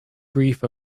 grief